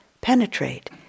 penetrate